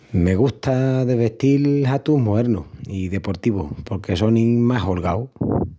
Me gusta de vestil hatus moernus i deportivus porque sonin más holgaus.